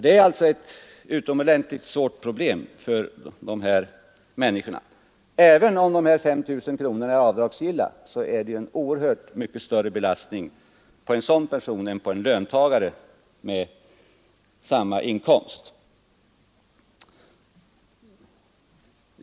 Detta är ett utomordentligt svårt problem för de människor det gäller. Även om de 5 000 kronorna är avdragsgilla, är belastningen på en sådan person oerhört mycket större än på en löntagare med samma inkomst.